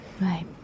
Right